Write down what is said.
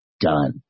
done